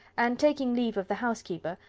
and, taking leave of the housekeeper,